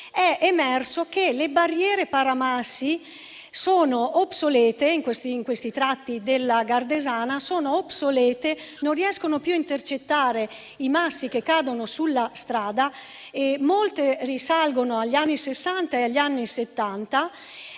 è emerso che le barriere paramassi sono obsolete, nei tratti della Gardesana, e non riescono più a intercettare i massi che cadono sulla strada. Molte risalgono agli anni Sessanta e agli anni Settanta.